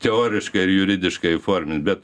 teoriškai ir juridiškai įformint bet